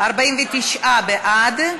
49 בעד,